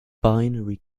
binary